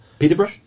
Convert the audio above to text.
Peterborough